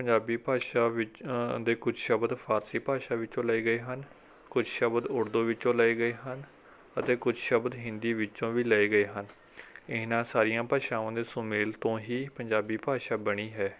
ਪੰਜਾਬੀ ਭਾਸ਼ਾ ਵਿੱਚ ਦੇ ਕੁਛ ਸ਼ਬਦ ਫਾਰਸੀ ਭਾਸ਼ਾ ਵਿੱਚੋਂ ਲਏ ਗਏ ਹਨ ਕੁਛ ਸ਼ਬਦ ਉਰਦੂ ਵਿੱਚੋਂ ਲਏ ਗਏ ਹਨ ਅਤੇ ਕੁਛ ਸ਼ਬਦ ਹਿੰਦੀ ਵਿੱਚੋਂ ਵੀ ਲਏ ਗਏ ਹਨ ਇਨ੍ਹਾਂ ਸਾਰੀਆਂ ਭਾਸ਼ਾਵਾਂ ਦੇ ਸੁਮੇਲ ਤੋਂ ਹੀ ਪੰਜਾਬੀ ਭਾਸ਼ਾ ਬਣੀ ਹੈ